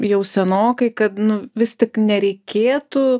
jau senokai kad nu vis tik nereikėtų